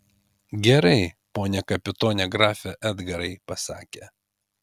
gerai pone kapitone grafe edgarai pasakė